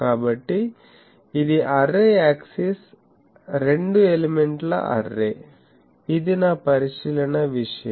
కాబట్టిఇది అర్రే యాక్సిస్రెండు ఎలిమెంట్ల అర్రే ఇది నా పరిశీలన విషయం